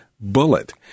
Bullet